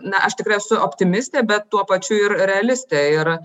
na aš tikrai esu optimistė bet tuo pačiu ir realistė ir